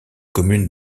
commune